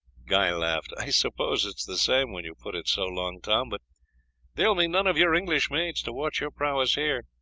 guy laughed. i suppose it is the same, when you put it so, long tom but there will be none of your english maids to watch your prowess here.